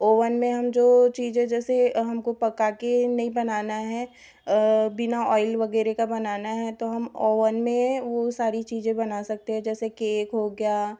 oven में हम जो चीज़ें जैसे हमको पका कर नहीं बनाना है बिना ऑइल वगैरह का बनाना है तो हम ओवन में वह सारी चीज़ें बना सकते हैं जैसे केक हो गया